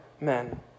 men